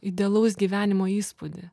idealaus gyvenimo įspūdį